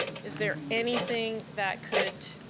is there anything that could